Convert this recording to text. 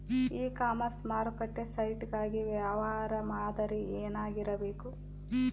E commerce ಮಾರುಕಟ್ಟೆ site ಗಾಗಿ ವ್ಯವಹಾರ ಮಾದರಿ ಏನಾಗಿರಬೇಕು?